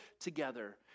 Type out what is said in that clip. together